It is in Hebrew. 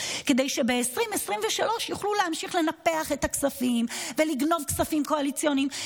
כדי שב-2023 יוכלו להמשיך לנפח את הכספים ולגנוב כספים קואליציוניים,